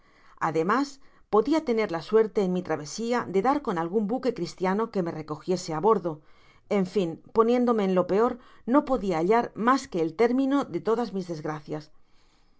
ademas podia tener la suerte en mi travesia de dar con algun buque cristiano que me recogiese á bordo en fin poniéndome en lo peor no podia hallar mas que el término de todas mis desgracias